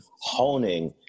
honing